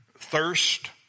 Thirst